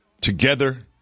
Together